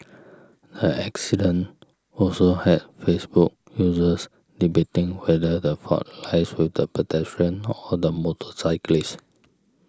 the accident also had Facebook users debating whether the fault lies with the pedestrian or the motorcyclist